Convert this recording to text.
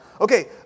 Okay